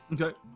okay